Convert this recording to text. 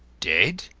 dead?